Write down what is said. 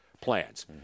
plans